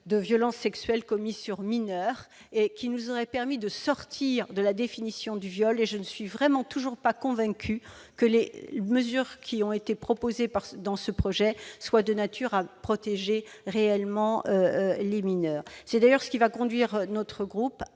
de violences sexuelles commis sur mineurs qui nous aurait permis de sortir de la définition du viol. Je ne suis toujours pas convaincue que les mesures proposées dans ce texte sont de nature à protéger réellement les mineurs. C'est d'ailleurs ce qui conduira le groupe